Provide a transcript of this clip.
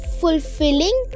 fulfilling